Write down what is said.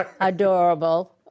adorable